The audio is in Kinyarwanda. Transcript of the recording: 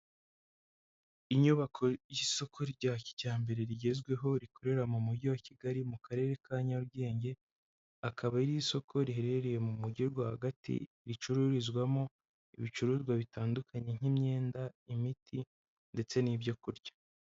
Inyubako y'isoko rya kijyambere rigezweho rikorera mu mujyi wa Kigali mu karere ka Nyarugenge, akaba ari isoko riherereye mu mujyi rwagati ricururizwamo ibicuruzwa bitandukanye nk'imyenda, imiti ndetse n'ibyo kurya.